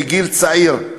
בגיל צעיר,